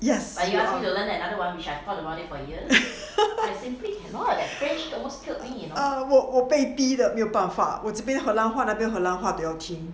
yes err 我被逼的没有办法我这边荷兰话那边荷兰话比较 chim